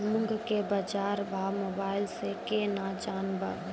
मूंग के बाजार भाव मोबाइल से के ना जान ब?